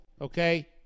okay